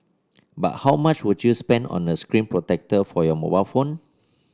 but how much would you spend on a screen protector for your mobile phone